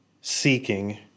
seeking